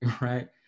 right